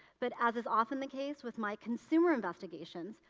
but as is often the case with my consumer investigations,